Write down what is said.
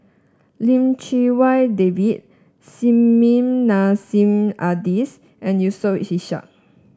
Lim Chee Wai David Nissim Nassim Adis and Yusof Ishak